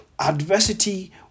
adversity